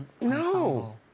No